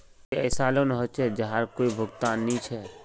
कोई ऐसा लोन होचे जहार कोई भुगतान नी छे?